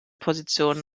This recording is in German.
position